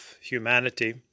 humanity